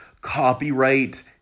copyright